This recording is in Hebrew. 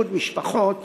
איחוד משפחות